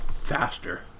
faster